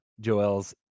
Joel's